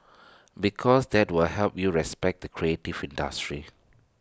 because that will help you respect the creative industry